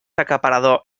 acaparador